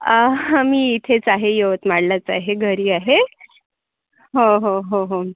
मी इथेच आहे यवतमाळलाच आहे घरी आहे हो हो हो हो